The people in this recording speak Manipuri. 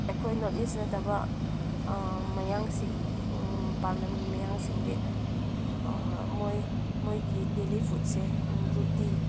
ꯑꯩꯈꯣꯏ ꯅꯣꯔꯠ ꯏꯁ ꯅꯠꯇꯕ ꯃꯌꯥꯡꯁꯤꯡ ꯃꯄꯥꯟ ꯂꯝꯒꯤ ꯃꯌꯥꯡꯁꯤꯡꯗꯤ ꯃꯣꯏ ꯃꯣꯏꯒꯤ ꯗꯦꯜꯂꯤ ꯐꯨꯠꯁꯦ ꯔꯨꯇꯤ